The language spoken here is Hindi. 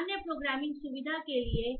अन्य प्रोग्रामिंग सुविधा के लिए हैं